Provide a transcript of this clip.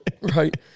Right